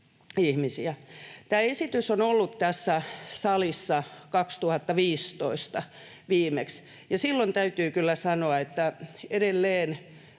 Tämä esitys on ollut tässä salissa 2015 viimeksi, ja täytyy kyllä sanoa, että edelleen